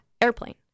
Airplane